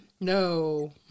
No